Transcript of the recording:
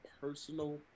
personal